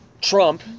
Trump